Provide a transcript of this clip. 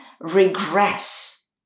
regress